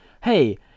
hey